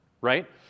right